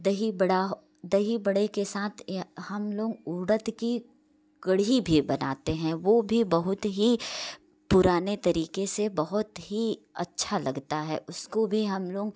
दही बड़ा दही बड़े के साथ हमलोग उड़द की कढ़ी भी बनाते हैं वो भी बहुत ही पुराने तरीके से बहुत ही अच्छा लगता है उसको भी हम लोग